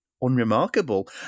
unremarkable